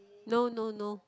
no no no